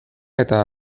eta